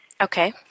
Okay